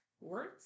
words